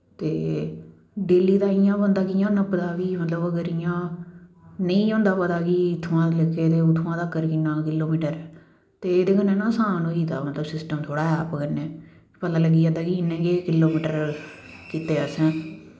ते ओ डेल्ली दा इयां होंदा कि कियां नापदा फ्ही मतलव अगर इयां